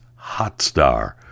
Hotstar